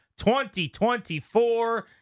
2024